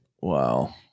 wow